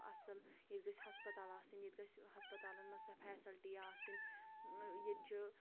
اَصٕل ییٚتہِ گٔژھ ہَسپَتال آسٕنۍ ییٚتہِ گٔژھ ہَسپَتالَن منٛز سۄ فیسَلٹی آسٕنۍ ییٚتہِ چھِ